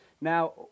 Now